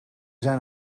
zijn